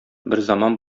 берзаман